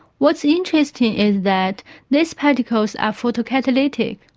what's interesting is that these particles are photocatalytic.